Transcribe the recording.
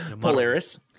Polaris